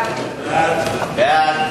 הצבעה.